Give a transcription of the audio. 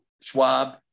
Schwab